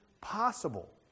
possible